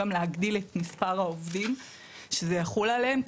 גם להגדיל את מספר העובדים שזה יחול עליהם.